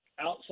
Outside